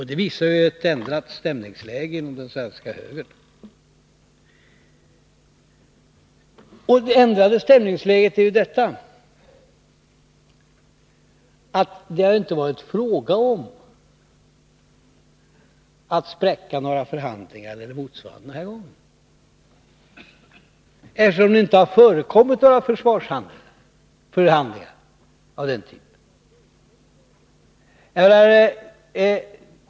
Det visar på ett ändrat stämningsläge inom den svenska högern, vilket ju framgår av att det denna gång inte varit fråga om att spräcka några förhandlingar eller motsvarande, eftersom det inte har förekommit några försvarsförhandlingar av den typen.